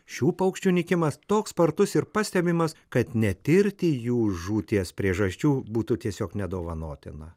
šių paukščių nykimas toks spartus ir pastebimas kad netirti jų žūties priežasčių būtų tiesiog nedovanotina